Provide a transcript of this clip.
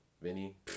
Vinny